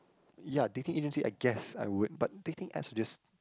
ya dating agency I guess I would but dating apps are just